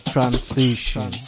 Transition